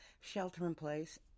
shelter-in-place